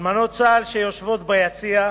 אלמנות צה"ל שיושבות ביציע,